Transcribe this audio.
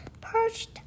perched